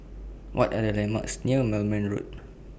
What Are The landmarks near Moulmein Road